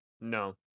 No